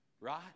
right